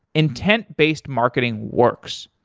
intent-based marketing works.